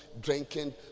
drinking